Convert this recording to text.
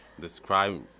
Describe